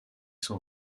sont